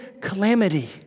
calamity